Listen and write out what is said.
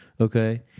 okay